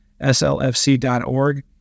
slfc.org